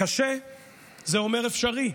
"קשה זה אומר אפשרי",